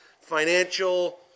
financial